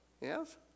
Yes